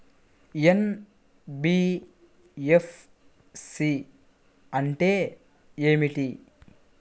NBFC అంటే ఏమిటి?